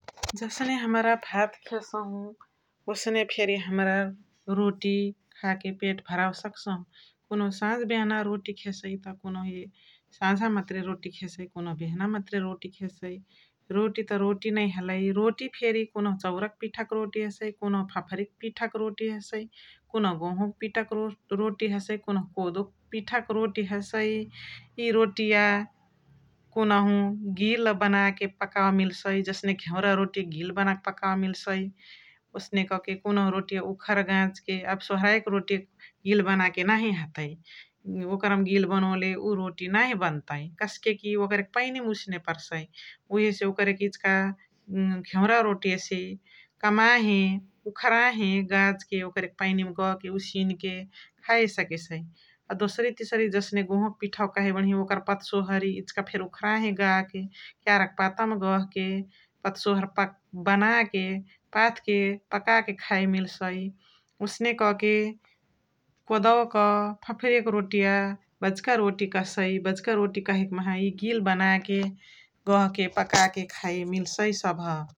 जसने हमरा भात खेसहु ओसने फेरी हमरा रोटी खा के पेट भरावे सकसहु । कुनुहु सझ्बेहना रोटी खेसइ कुनुहु साझा मतरे रोटी खेससइ कुनुहु बेहना मतरे रोटी खेससइ । रोटी त रोटी नै हलइ रोती फेरी कुनुहु चाउरु क पिठा रोती हसैइ, कुनुहु फाफरी क पिठा रोती हसैइ, कुनुहु गोहु क पिठा रोती हसैइ, कुनुहु कोदो क पिठा रोती हसैएए । इ रोटिया कुनहु गिल बनाके पकावे मिल्सइ जसने कि घेउरवा रोतिया के गिल बनाउ के पकावे मिल्सइ ओसने क के कुनुहु रोतिया उखर गाज के अब सोहोराइ कि रोटिया गिल बनाके नाही हतइ । ओकर मा गिल बनोले उ रोटी नाही बन्तइ कस्के कि ओकर के पइनी मा उसिने परसइ ओकर के इचिका घेउर रोतिया से कमाहे उखराहे गाज के ओकर के पइनी मा गाह के उसिन के खाइ सकेसइ । आ दोसारी तिरसी जसने गोहु क पिठ्वा कहइ बणही ओकरा पत्सोहरी इचिका फेनी उखराहे गाज्के केयार क पात मा गह के पत्सोहरी बनाके पकाके खाइ मिल्सइ । ओसने क के कोदवा फाफरिया क रोटिया बच्का रोटी कह्सइ । बच्का रोटी कहइ कि माहा इय गिल बनाके गह्के पका के खइ के मिल्सइ सभ ।